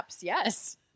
yes